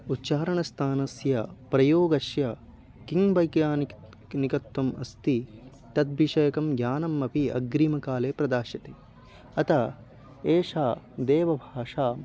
उच्चारणस्थानस्य प्रयोगस्य किं वैज्ञानिकत्वम् अस्ति तद् विषयकं ज्ञानम् अपि अग्रिमकाले प्रदास्यति अतः एषा देवभाषा